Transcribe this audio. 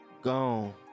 gone